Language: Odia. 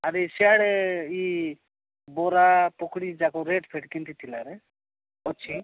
ଆରେ ସିଆଡ଼େ ଇ ବରା ପକଡ଼ିଯାକ ରେଟ୍ଫେଟ୍ କେନ୍ତି ଥିଲାରେ ଅଛି